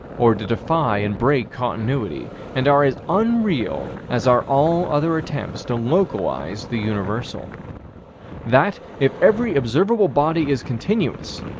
or to defy and break continuity, and are as unreal as are all other attempts to localize the universal that, if every observable body is continuous,